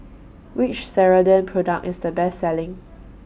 Which Ceradan Product IS The Best Selling